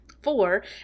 Four